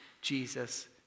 Jesus